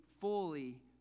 fully